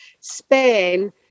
Spain